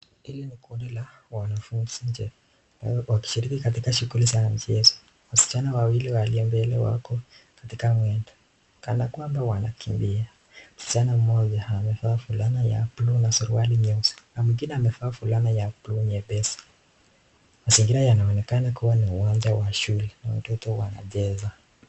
Hili ni kundi la wanafunzi nje wakishiriki katika shughuli za michezo. Wasichana wawili wako mbele katika mwendo nikama wanakimbia. Msichana mmoja amevaa fulana ya buluu na suruali nyeusi na mwingine amevaa fulana ya buluu nyepesi. Mazingira yanaonekana kua ni uwanja wa shule na watoto wanacheza.